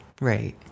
Right